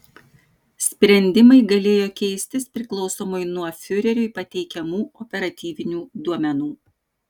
sprendimai galėjo keistis priklausomai nuo fiureriui pateikiamų operatyvinių duomenų